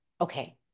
okay